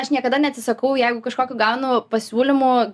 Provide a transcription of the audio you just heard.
aš niekada neatsisakau jeigu kažkokių gaunu pasiūlymų